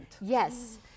Yes